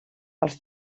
els